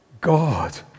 God